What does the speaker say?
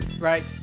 Right